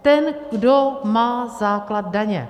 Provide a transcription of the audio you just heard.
Ten, kdo má základ daně.